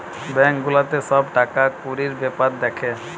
bank গুলাতে সব টাকা কুড়ির বেপার দ্যাখে